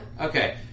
Okay